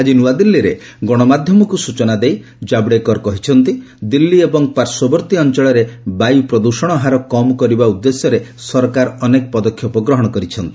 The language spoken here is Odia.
ଆଜି ନ୍ତଆଦିଲ୍ଲୀରେ ଗଣମାଧ୍ୟମକୁ ସୂଚନା ଦେଇ ଶ୍ରୀ କାବ୍ଡେକର କହିଛନ୍ତି ଦିଲ୍ଲୀ ଏବଂ ପାର୍ଶ୍ୱବର୍ତ୍ତୀ ଅଞ୍ଚଳରେ ବାୟୁ ପ୍ରଦୃଷଣ ହାର କମ୍ କରିବା ଉଦ୍ଦେଶ୍ୟରେ ସରକାର ଅନେକ ପଦକ୍ଷେପ ଗ୍ରହଣ କରିଛନ୍ତି